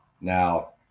Now